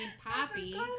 poppy